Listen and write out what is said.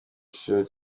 cicaro